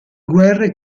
guerre